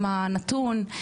בגרויות.